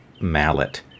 mallet